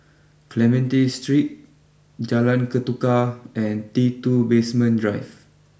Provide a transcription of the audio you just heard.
Clementi Street Jalan Ketuka and T two Basement Drive